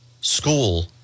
school